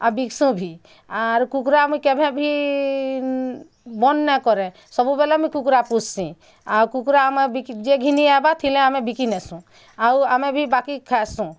ଆଉ ବିକସୁ ଭି ଆର୍ କୁକୁଡ଼ା ମୁଇଁ କେଭେବି ବନ୍ ନାଇଁ କରେ ସବୁବେଲେ ମୁଇଁ କୁକୁଡ଼ା ପୋଷସି ଆଉ କୁକୁଡ଼ା ଆମେ ବିକି ଯିଏ ଘିନି ଆଇବା ଥିଲେ ଆମେ ବିକି ନେସୁ ଆଉ ଆମେ ବି ବାକି ଖାଏସୁ